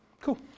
cool